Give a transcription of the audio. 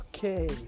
Okay